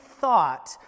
thought